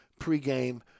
pregame